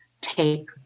take